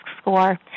score